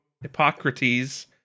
Hippocrates